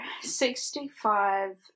sixty-five